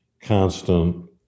constant